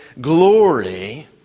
glory